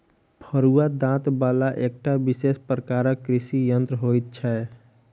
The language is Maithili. फरूआ दाँत बला एकटा विशेष प्रकारक कृषि यंत्र होइत छै